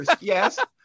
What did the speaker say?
Yes